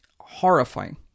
horrifying